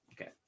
Okay